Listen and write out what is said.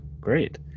great